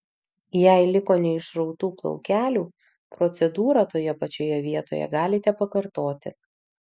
jei liko neišrautų plaukelių procedūrą toje pačioje vietoje galite pakartoti